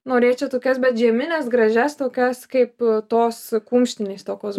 norėčiau tokias bet žiemines gražias tokias kaip tos kumštinės tokios